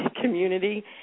community